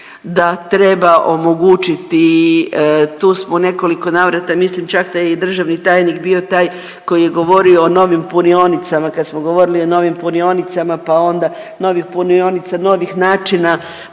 da treba omogućiti tu smo u nekoliko navrata mislim čak da je i državni tajnik bio taj koji je govorio o novim punionicama kad smo govorili o novim punionicama pa onda novih punionica, novih načina